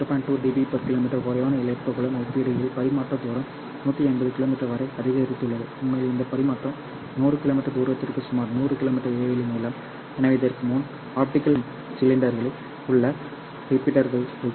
2 dBkm குறைவான இழப்புகளுடன் ஒப்பிடுகையில் பரிமாற்ற தூரம் 150 கிமீ வரை அதிகரித்துள்ளது உண்மையில் இந்த பரிமாற்றம் 100 km தூரத்திற்கு சுமார் 100 km இடைவெளி நீளம் எனவே இதற்கு முன் ஆப்டிகல் கம்யூனிகேஷன் சிஸ்டங்களில் உங்கள் ரிப்பீட்டர்களை வைக்க வேண்டும்